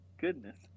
goodness